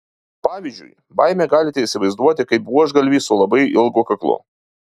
pavyzdžiui baimę galite įsivaizduoti kaip buožgalvį su labai ilgu kaklu